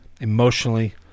emotionally